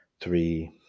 three